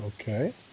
Okay